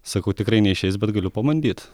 sakau tikrai neišeis bet galiu pabandyt